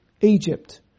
Egypt